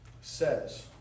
says